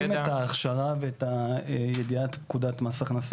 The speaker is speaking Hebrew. חייבים את ההכשרה ואת ידיעת פקודת מס הכנסה.